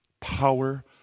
Power